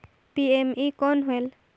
PME कौन होयल?